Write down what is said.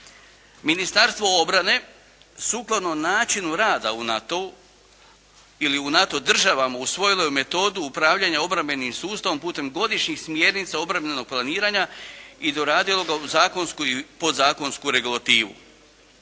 Ministarstvo obrane, sukladno načinu rada u NATO-u ili u NATO državama, usvojilo je metodu upravljanja obrambenim sustavom putem godišnjih smjernica obrambenog planiranja i doradilo ga u zakonsku i podzakonsku regulativu.